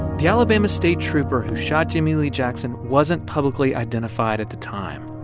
the alabama state trooper who shot jimmie lee jackson wasn't publicly identified at the time.